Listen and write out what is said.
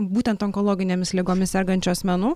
būtent onkologinėmis ligomis sergančių asmenų